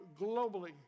globally